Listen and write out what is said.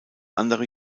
andere